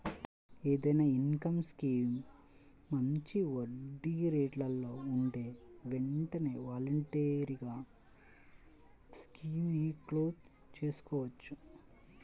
ఏదైనా income scheme మంచి వడ్డీరేట్లలో ఉంటే వెంటనే వాలంటరీగా స్కీముని క్లోజ్ చేసుకోవచ్చు